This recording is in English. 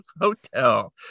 hotel